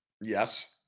yes